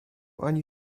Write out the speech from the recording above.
ani